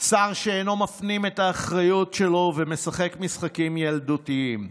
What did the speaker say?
שר שאינו מפנים את האחריות שלו ומשחק משחקים ילדותיים.